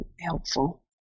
helpful